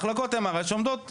מחלקות MRI שעומדות ריקות.